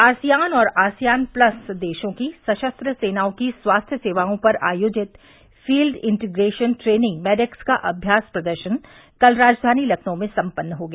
ASEAN और ASEAN plus देशों की सशस्त्र सेनाओं की स्वास्थ्य सेवाओं पर आयोजित फील्ड इंटीग्रेशन ट्रेनिंग मेडेक्स का अम्यास प्रदर्शन कल राजधानी लखनऊ में सम्पन्न हो गया